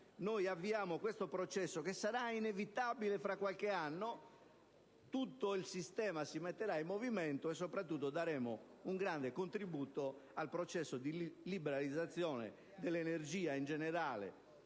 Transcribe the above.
oggi avviamo questo processo, che comunque sarà inevitabile tra qualche anno, tutto il sistema si metterà in movimento, e soprattutto si darà un grande contributo al processo di liberalizzazione dell'energia, in generale,